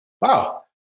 Wow